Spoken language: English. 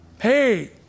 Hey